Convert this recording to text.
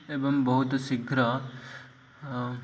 ଏବଂ ବହୁତ ଶୀଘ୍ର